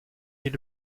est